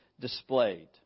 displayed